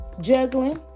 juggling